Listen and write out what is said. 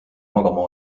magama